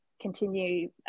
continue